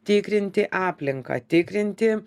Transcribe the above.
tikrinti aplinką tikrinti